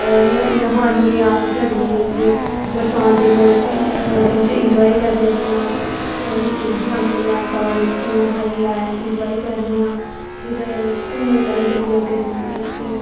न्हानेआं गर्मियें च बरसांत दे मोसम च इंजाए करनेआं जि'यां अस न्हानेआं सारे न्हाइयै इंजाय करनेआं फिर धुमने ताईं जन्ने आं गर्मियें च